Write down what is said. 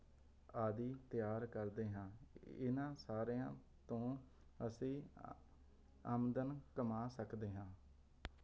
ਆਦਿ ਤਿਆਰ ਕਰਦੇ ਹਾਂ ਇਹਨਾਂ ਸਾਰਿਆਂ ਤੋਂ ਅਸੀਂ ਆਮਦਨ ਕਮਾਂ ਸਕਦੇ ਹਾਂ